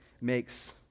makes